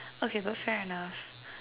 okay but fair enough